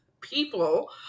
people